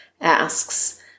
asks